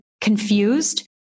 confused